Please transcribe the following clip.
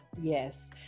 yes